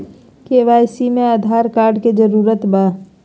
KYC में Aadhaar card के जरूरत बा?